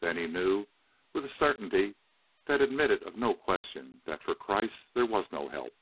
then he knew with a certainty that admitted of no question that for kreiss there was no help